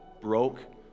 broke